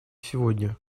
сегодня